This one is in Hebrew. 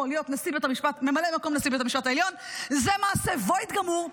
להיות ממלא מקום נשיא בית המשפט העליון זה מעשה void גמור,